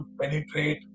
penetrate